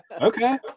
okay